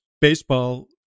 baseball